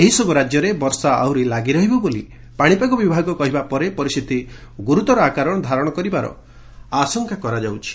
ଏହିସବୁ ରାଜ୍ୟରେ ବର୍ଷା ଆହୁରି ଲାଗି ରହିବ ବୋଲି ପାଣିପାଗ ବିଭାଗ କହିବା ପରେ ପରିସ୍ଥିତି ଗୁରୁତର ଆକାର ଧାରଣ କରିବାର ଆଶଙ୍କା କରାଯାଉଛି